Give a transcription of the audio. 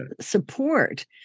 support